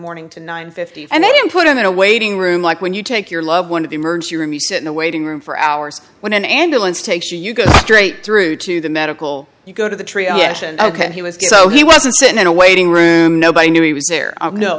morning to nine fifty and then put him in a waiting room like when you take your loved one to the emergency room he said in the waiting room for hours when an ambulance takes you you go straight through to the medical you go to the tree oh yes and ok and he was just so he wasn't sitting in a waiting room nobody knew he was there